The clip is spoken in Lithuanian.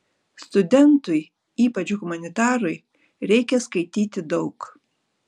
studentui ypač humanitarui reikia skaityti daug